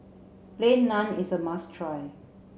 plain naan is a must try